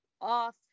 off